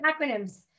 acronyms